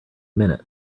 minute